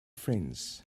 friends